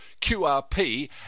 QRP